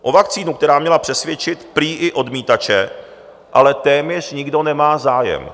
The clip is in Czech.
O vakcínu, která měla přesvědčit prý i odmítače, ale téměř nikdo nemá zájem.